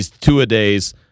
two-a-days